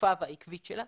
השקופה והעקבית שלה.